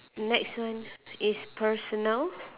next one is personal